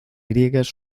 griegas